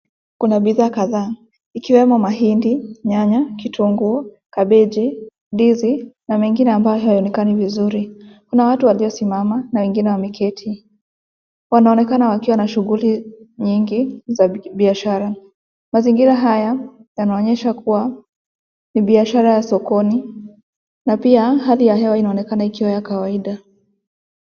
Kuna bidhaa kadhaa ikiwemo mahindi, nyanya ,kitunguu, kabeji, ndizi na mengine ambayo haionekani vizuri. Kuna watu waliosimama na wengine wameketi. Wanaonekana wakiwa na shughuli nyingi za biashara. Mazingira haya yanaonyesha kuwa ni biashara ya sokoni na pia hali ya hewa inaonekana ikiwa ya kawaida.